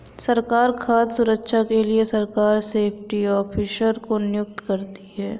सरकार खाद्य सुरक्षा के लिए सरकार सेफ्टी ऑफिसर को नियुक्त करती है